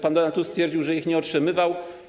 Pan Donald Tusk stwierdził, że ich nie otrzymywał.